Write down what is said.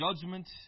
judgment